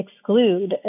exclude